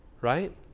Right